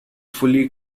fully